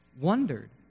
wondered